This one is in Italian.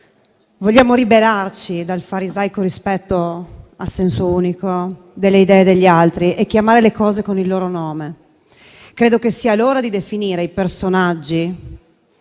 Vogliamo liberarci dal farisaico rispetto a senso unico delle idee degli altri e chiamare le cose con il loro nome. Credo che sia l'ora di definire i personaggi